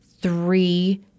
three